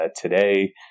today